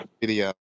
video